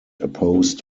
opposed